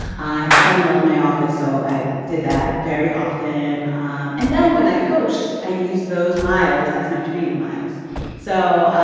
i had a treadmill in my office, so i did that very often. um and then when i coached, i use those miles as my training miles so